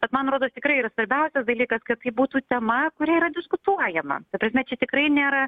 bet man rodos tikrai yra svarbiausias dalykas kad tai būtų tema kuri yra diskutuojama ta prasme čia tikrai nėra